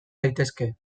daitezke